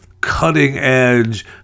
cutting-edge